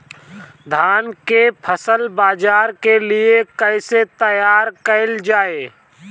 धान के फसल बाजार के लिए कईसे तैयार कइल जाए?